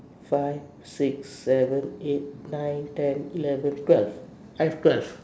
five six seven eight nine ten eleven twelve I have twelve